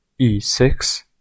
e6